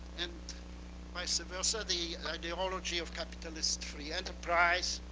and vise-versa, the ideology of capitalist free enterprise,